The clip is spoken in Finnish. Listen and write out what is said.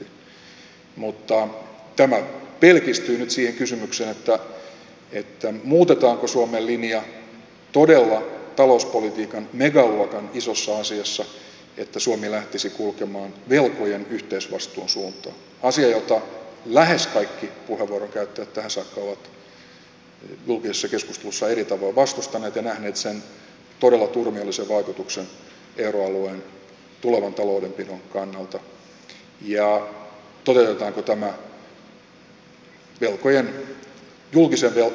mutta tämä pelkistyy nyt siihen kysymykseen muutetaanko suomen linja todella talouspolitiikan megaluokan isossa asiassa niin että suomi lähtisi kulkemaan velkojen yhteisvastuun suuntaan asia jota lähes kaikki puheenvuoron käyttäjät tähän saakka ovat julkisessa keskustelussa eri tavoin vastustaneet ja nähneet sen todella turmiollisen vaikutuksen euroalueen tulevan taloudenpidon kannalta ja toteutetaanko tämä julkisen velan leikkauksena